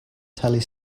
tele